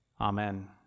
Amen